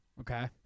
Okay